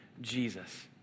Jesus